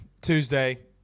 Tuesday